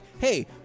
hey